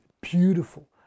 beautiful